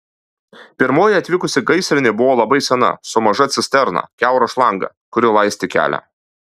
pirmoji atvykusi gaisrinė buvo labai sena su maža cisterna kiaura šlanga kuri laistė kelią